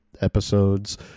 episodes